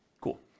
Cool